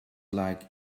like